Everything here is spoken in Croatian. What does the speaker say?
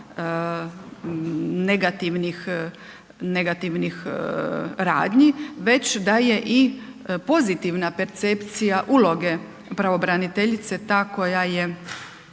negativnih radnji, već da je i pozitivna percepcija uloge pravobraniteljice ta koja je,